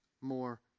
more